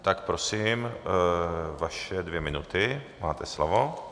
Tak prosím, vaše dvě minuty, máte slovo.